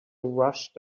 rush